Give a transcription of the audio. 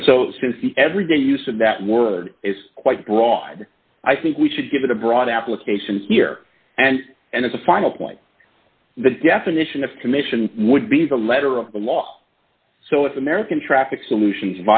and so since the everyday use of that word is quite broad i think we should give it a broad application here and and as a final point the definition of commission would be the letter of the law so if american traffic solutions